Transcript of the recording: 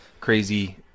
Crazy